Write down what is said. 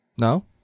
No